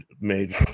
made